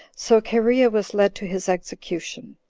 so cherea was led to his execution,